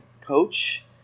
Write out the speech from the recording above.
coach